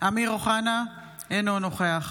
אמיר אוחנה, אינו נוכח